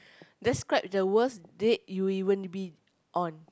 describe the worst date you've even been on